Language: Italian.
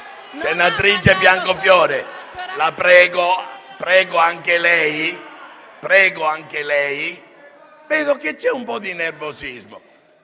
Senatrice Biancofiore, prego anche lei. Rilevo un po' di nervosismo.